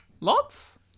Lots